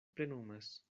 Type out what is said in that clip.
plenumas